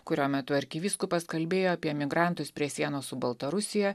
kurio metu arkivyskupas kalbėjo apie migrantus prie sienos su baltarusija